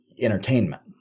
entertainment